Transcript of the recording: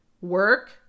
work